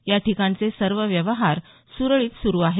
या ठिकाणचे सर्व व्यवहार सुरळीत सुरु आहेत